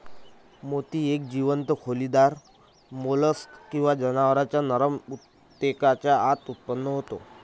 मोती एक जीवंत खोलीदार मोल्स्क किंवा जनावरांच्या नरम ऊतकेच्या आत उत्पन्न होतो